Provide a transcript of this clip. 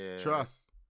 trust